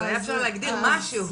אז היה אפשר להגדיר משהו.